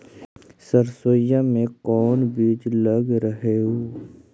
सरसोई मे कोन बीज लग रहेउ?